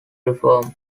reform